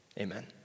Amen